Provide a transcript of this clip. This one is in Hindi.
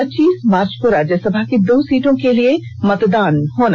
पच्चीस मार्च को राज्यसभा की दो सीटों के लिए मतदान होगा